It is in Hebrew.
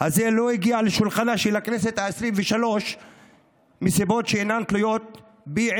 הזה לא הגיע לשולחנה של הכנסת העשרים-ושלוש מסיבות שאינן תלויות בי,